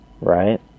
right